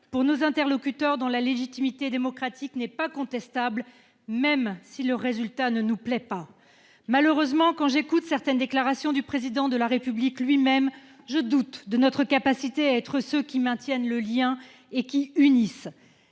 pour nos interlocuteurs dont la légitimité démocratique n'est pas contestable, même si le résultat ne nous plaît pas. Malheureusement, quand j'écoute certaines déclarations du Président de la République, je doute de notre capacité à être ceux qui maintiennent le lien et qui unissent.